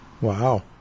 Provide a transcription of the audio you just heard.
Wow